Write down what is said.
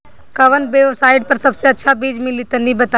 कवन वेबसाइट पर सबसे अच्छा बीज मिली तनि बताई?